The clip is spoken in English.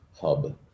hub